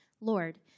Lord